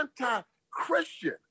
anti-Christian